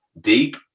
deep